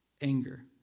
anger